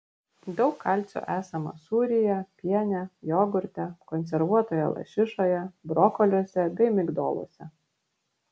daug kalcio esama sūryje piene jogurte konservuotoje lašišoje brokoliuose bei migdoluose